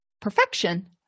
perfection